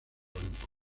banco